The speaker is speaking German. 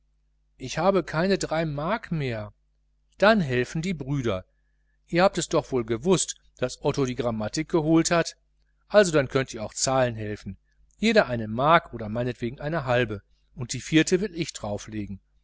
ich habe keine drei mark mehr dann helfen die brüder ihr habt es doch wohl gewußt daß otto die grammatik geholt hat also dann könnt ihr auch zahlen helfen jeder eine mark oder meinetwegen eine halbe und die vierte mark will ich darauflegen